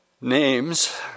names